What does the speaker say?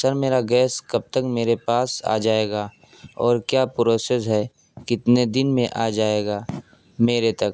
سر میرا گیس کب تک میرے پاس آجائے گا اور کیا پروسییس ہے کتنے دن میں آجائے گا میرے تک